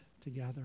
together